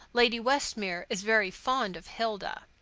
lady westmere is very fond of hilda.